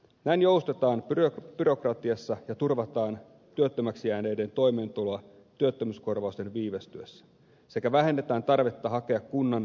näin joustetaan byrokratiasta ja turvataan työttömäksi jääneiden toimeentuloa työttömyyskorvausten viivästyessä sekä vähennetään tarvetta hakea kunnan myöntämää toimeentulotukea